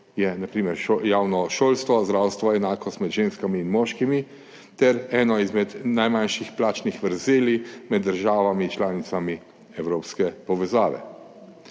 javno šolstvo, zdravstvo, enakost med ženskami in moškimi ter ena izmed najmanjših plačnih vrzeli med državami članicami evropske povezave.